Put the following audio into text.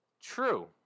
True